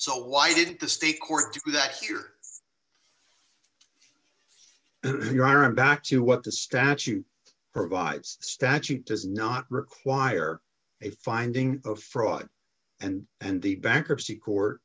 so why didn't the state court do that here if you aren't back to what the statute provides statute does not require a finding of fraud and and the bankruptcy court